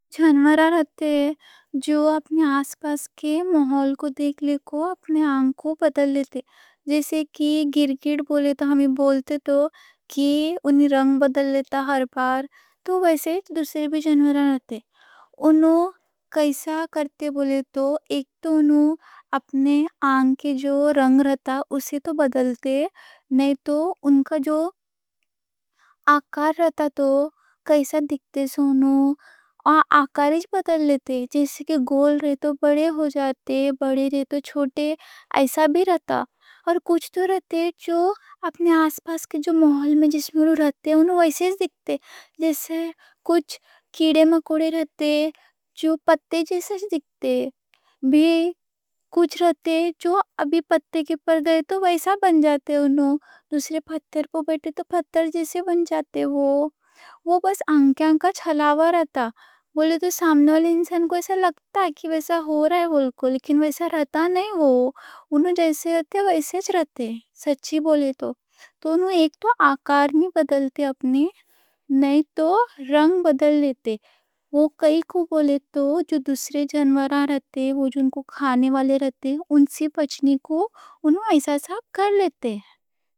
جانور رہتے، جو اپنے آس پاس کے ماحول کو دیکھ کے اپنی آنکھ کا رنگ بدل لیتے. جیسے کہ گرگٹ بولے تو، وہ بھی رنگ بدل لیتا ہر بار. تو ویسے دوسرے بھی جانور رہتے. انہوں کیسا کرتے بولے تو، ایک تو انہوں اپنی آنکھ کے جو رنگ رہتا اسی کو بدلتے؛ نئیں تو ان کا جو آکار رہتا، کیسا دکھتے، آکار ہی بدل لیتے. جیسے کہ گول رہتے تو بڑے ہو جاتے، بڑے رہتے تو چھوٹے، ایسا بھی رہتا. اور کچھ تو رہتے، جو اپنے آس پاس کے ماحول میں جیسے جانور رہتے، انہوں ویسے دکھتے. کچھ کیڑے مکوڑے رہتے، جو پتے جیسے دکھتے، بھی کچھ رہتے جو پتے کے پر گئے تو ویسا بن جاتے انہوں. دوسرے پتے پہ بیٹھے تو پتے جیسے بن جاتے انہوں. وہ بس آنکھیں کا چھلاوا رہتا بولے تو، سامنے والے انسان کو ایسا لگتا کہ ویسا ہو رہا. لیکن ویسا رہتا نئیں، انہوں جیسے رہتے ویسے ہی نظر آتے، سچی بولے تو. تو انہوں ایک تو آکار نئیں بدلتے اپنے، نئیں تو رنگ بدل لیتے. وہ کائیں کوں بولے تو، جو دوسرے جانور رہتے، وہ جو ان کو کھانے والے رہتے؛ ان سے بچنے کو انہوں ایسا سب کر لیتے.